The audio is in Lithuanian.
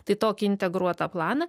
tai tokį integruotą planą